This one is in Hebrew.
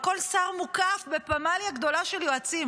הרי כל שר מוקף בפמליה גדולה של יועצים,